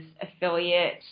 affiliate